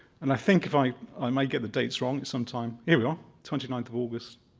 and i think if i, i may get the dates wrong sometime here we are, twenty ninth of august,